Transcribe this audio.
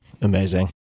Amazing